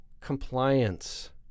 Compliance